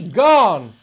gone